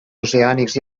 oceànics